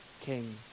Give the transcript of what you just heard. king